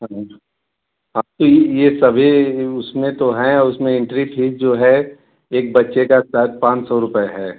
हाँ जी हाँ तो ए सभी उसमें तो हैं उसमें एंट्री फीस जो है एक बच्चे का शायद पाँच सौ रुपये है